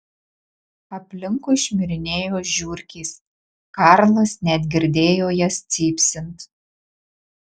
aplinkui šmirinėjo žiurkės karlas net girdėjo jas cypsint